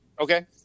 okay